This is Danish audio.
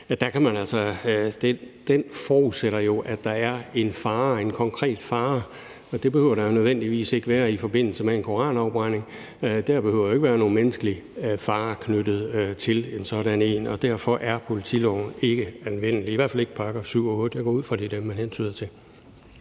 den forudsætter, at der er en konkret fare, og det behøver der jo ikke nødvendigvis være i forbindelse med en koranafbrænding. Der behøver ikke at være nogen menneskelig fare knyttet til sådan en, og derfor er politiloven ikke anvendelig, i hvert fald ikke § 7 og § 8. Jeg går ud fra, det er dem, man hentyder til.